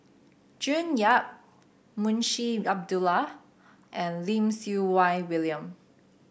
June Yap Munshi Abdullah and Lim Siew Wai William